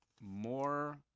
more